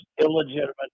illegitimate